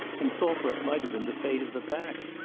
and thought what might have been the fate of the pack.